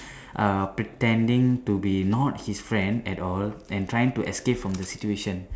uh pretending to be not his friend at all and trying to escape from the situation